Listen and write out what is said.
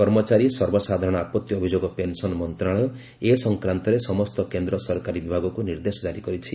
କର୍ମଚାରୀ ସର୍ବସାଧାରଣ ଆପଭି ଅଭିଯୋଗ ପେନସନ ମନ୍ତ୍ରଣାଳୟ ଏ ସଂକ୍ରାନ୍ତରେ ସମସ୍ତ କେନ୍ଦ୍ର ସରକାରୀ ବିଭାଗକୁ ନିର୍ଦ୍ଦେଶ ଜାରି କରିଛି